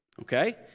okay